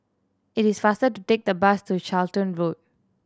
it is faster to take the bus to Charlton Road